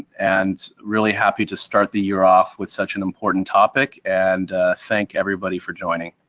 and really happy to start the year off with such an important topic and thank everybody for joining.